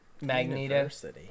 Magneto